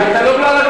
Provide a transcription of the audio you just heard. אתה לא מבין.